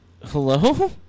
Hello